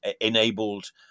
enabled